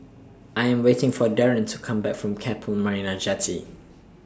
I Am waiting For Darien to Come Back from Keppel Marina Jetty